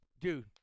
Dude